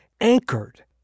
anchored